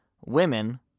women